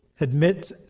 admit